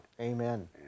amen